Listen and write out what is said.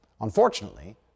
Unfortunately